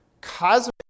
cosmic